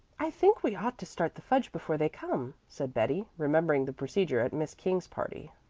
i think we ought to start the fudge before they come, said betty, remembering the procedure at miss king's party.